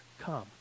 come